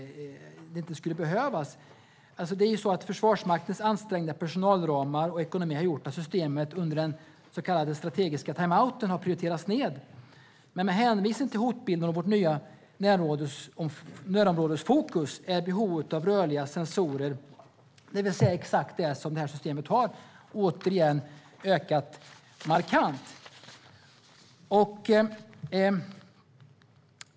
Försvarsmaktens ansträngda personalramar och ekonomi har gjort att systemet under den så kallade strategiska timeouten har prioriterats ned. Men med hänvisning till hotbilden och vårt nya närområdesfokus har behovet av rörliga sensorer, det vill säga exakt det som det här systemet har, återigen ökat markant.